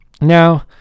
Now